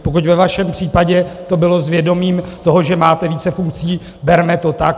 Pokud ve vašem případě to bylo s vědomím toho, že máte více funkcí, berme to tak.